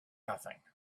nothing